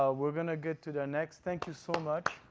ah we're going to get to the next. thank you so much.